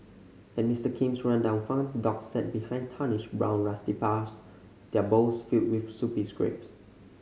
at Mister Kim's rundown farm dogs sat behind tarnished brown rusty bars their bowls filled with soupy scraps